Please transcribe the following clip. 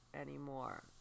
anymore